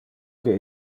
que